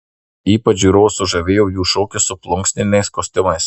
ypač žiūrovus sužavėjo jų šokis su plunksniniais kostiumais